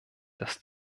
das